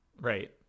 Right